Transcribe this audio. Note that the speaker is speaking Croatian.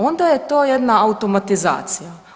Onda je to jedna automatizacija.